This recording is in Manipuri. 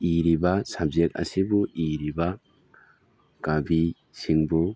ꯏꯔꯤꯕ ꯁꯕꯖꯦꯛ ꯑꯁꯤꯕꯨ ꯏꯔꯤꯕ ꯀꯕꯤꯁꯤꯡꯕꯨ